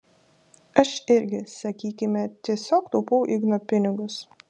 aš irgi sakykime tiesiog taupau igno pinigus